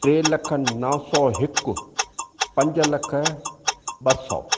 टे लखु नौ सौ हिकु पंज लखु ॿ सौ